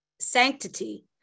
sanctity